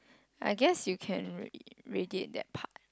I guess you can r~ radiate that part